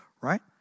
right